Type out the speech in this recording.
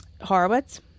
Horowitz